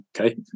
okay